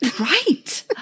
Right